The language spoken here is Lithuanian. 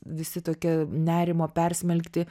visi tokie nerimo persmelkti